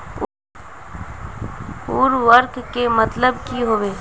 उर्वरक के मतलब की होबे है?